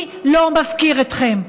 אני לא מפקיר אתכם.